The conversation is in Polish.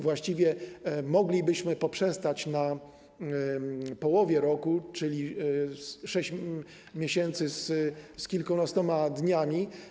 Właściwie moglibyśmy poprzestać na połowie roku, czyli byłoby to 6 miesięcy z kilkunastoma dniami.